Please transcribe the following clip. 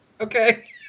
Okay